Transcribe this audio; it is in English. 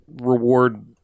reward